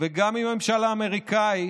וגם עם הממשל האמריקני,